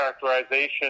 characterization